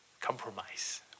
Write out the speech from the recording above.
compromise